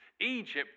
Egypt